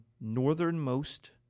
northernmost